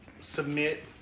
submit